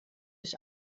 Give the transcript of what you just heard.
ich